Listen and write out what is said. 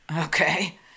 okay